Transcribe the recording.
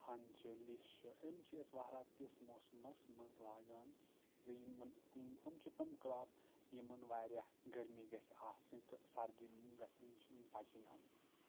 ہَند چھِ لش چھِ أم چھِ أسۍ وَہراتِس موسمَس منٛز لاگان زِ یِمن یِم چھِ تِم کرٛاپ یِمَن واریاہ گرمی گژھِ آسٕنۍ تہٕ سردی گژھن نِش بَچٕنۍ یِم